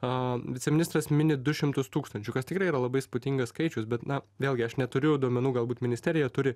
viceministras mini du šimtus tūkstančių kas tikrai yra labai įspūdingas skaičius bet na vėlgi aš neturiu duomenų galbūt ministerija turi